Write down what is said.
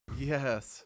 Yes